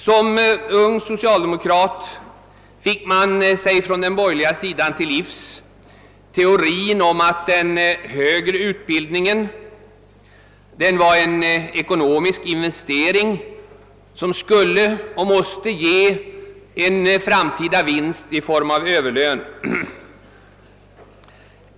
Som ung socialdemokrat fick man sig från borgerlig sida till livs teorin om att den högre utbildningen var en ekonomisk investering som skulle och måste ge en framtida vinst i form av överlön.